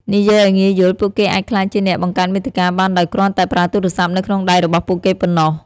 និយាយឲ្យងាយយល់ ពួកគេអាចក្លាយជាអ្នកបង្កើតមាតិកាបានដោយគ្រាន់តែប្រើទូរស័ព្ទនៅក្នុងដៃរបស់ពួកគេប៉ុណ្ណោះ។